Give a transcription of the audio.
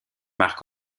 marc